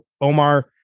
Omar